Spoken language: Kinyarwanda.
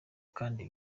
kandi